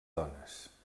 dones